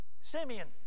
Simeon